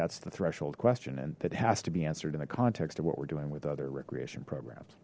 that's the threshold question and that has to be answered in the context of what we're doing with other recreation programs